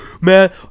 man